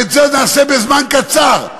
ואת זה נעשה בזמן קצר".